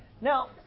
Now